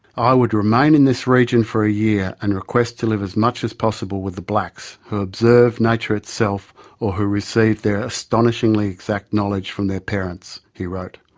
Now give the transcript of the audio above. i would remain in this region for a year and request to live as much as possible with the blacks, who observe nature itself or who receive their astonishingly exact knowledge from their parents' he wrote.